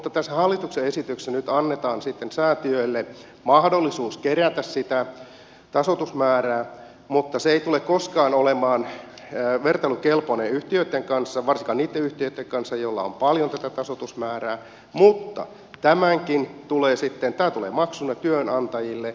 tässä hallituksen esityksessä nyt annetaan sitten säätiöille mahdollisuus kerätä sitä tasoitusmäärää mutta se ei tule koskaan olemaan vertailukelpoinen yhtiöitten kanssa varsinkaan niitten yhtiöitten kanssa joilla on paljon tätä tasoitusmäärää mutta tämäkin tulee sitten maksuna työnantajille